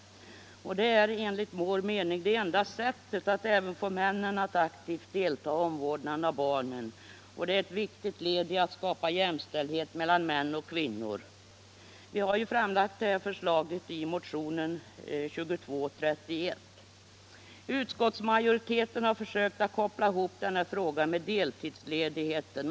Det är, enligt vår mening, enda sättet att även få männen att aktivt delta i omvårdnaden om barnen, och det är ett viktigt led i att skapa jämställdhet mellan män och kvinnor. Vi har lagt fram det här förslaget i motionen 2231. Utskottsmajoriteten har försökt koppla ihop den här frågan med deltidsledigheten.